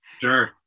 Sure